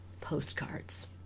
Postcards